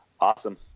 Awesome